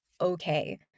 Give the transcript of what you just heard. okay